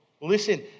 Listen